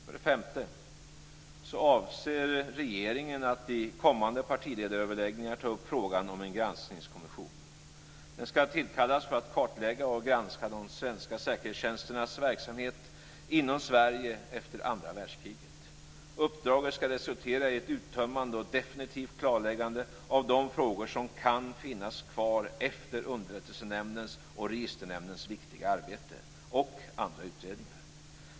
För det femte: Regeringen avser att i kommande partiöverläggningar ta upp frågan om en granskningskommission. Den skall tillkallas för att kartlägga och granska de svenska säkerhetstjänsternas verksamhet inom Sverige efter andra världskriget. Uppdraget skall resultera i ett uttömmande och definitivt klarläggande av de frågor som kan finnas kvar efter Underrättelsenämndens och Registernämndens viktiga arbete och andra utredningar.